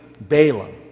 Balaam